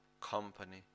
company